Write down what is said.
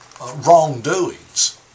wrongdoings